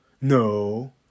no